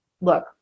look